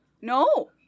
No